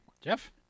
Jeff